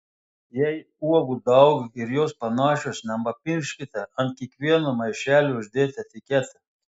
jei uogų daug ir jos panašios nepamirškite ant kiekvieno maišelio uždėti etiketę